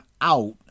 out